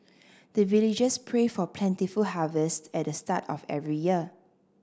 the villagers pray for plentiful harvest at the start of every year